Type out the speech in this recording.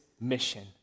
mission